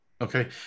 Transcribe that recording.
okay